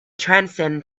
transcend